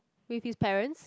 with his parents